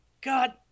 God –